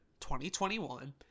2021